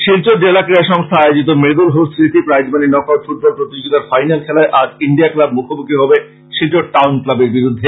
শিলচর জেলা ক্রীড়া সংস্থা আয়োজিত মৃদুল হোড় স্মৃতি প্রাইজমানি নক আউট ফুটবল প্রতিযোগীতার ফাইনাল খেলায় আজ ইন্ডিয়া ক্লাব মুখোমুখি হবে শিলচর টাউন ক্লাবের বিরুদ্ধে